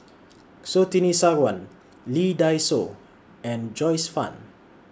Surtini Sarwan Lee Dai Soh and Joyce fan